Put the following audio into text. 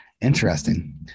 Interesting